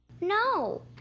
No